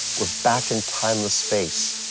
we're back in timeless space,